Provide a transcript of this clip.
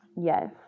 Yes